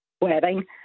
wedding